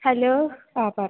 hello ആ പറ